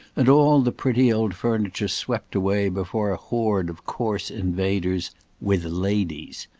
and all the pretty old furniture swept away before a horde of coarse invaders with ladies.